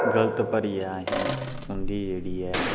गलत भरियै अहें उं'दी जेह्ड़ी ऐ